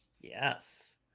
Yes